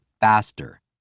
faster